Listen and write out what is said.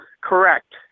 Correct